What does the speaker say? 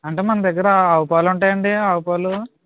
అంటే మన దగ్గర ఆవు పాలు ఉంటాయి అండి ఆవు పాలు